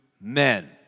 men